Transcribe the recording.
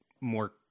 more